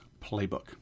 playbook